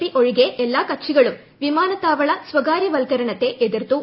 P ഒഴികെ എല്ലാ കക്ഷി കളും വിമാനത്താവള സ്വകാര്യവൽക്കരണത്തെ എതിർത്തു